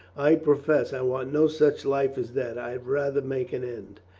i p-rofess i want no such life as that. i had rather make an end.